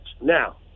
Now